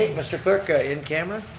mr. clerk, ah in camera.